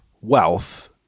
wealth